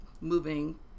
moving